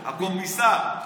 הוא, הקומיסר,